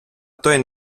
той